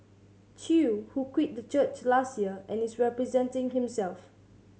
Chew who quit the church last year and is representing himself